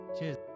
Cheers